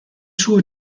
suo